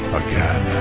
again